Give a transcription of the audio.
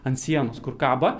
ant sienos kur kaba